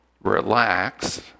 relax